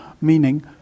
meaning